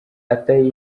atari